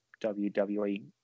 WWE